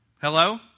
Hello